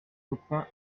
copains